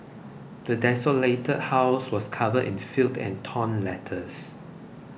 the desolated house was covered in filth and torn letters